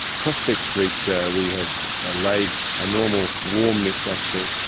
prospect street but we have ah laid a normal warm-mix asphalt,